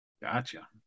Gotcha